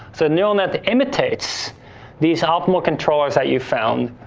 so, a neural net that imitates these optimal controllers that you found.